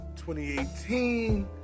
2018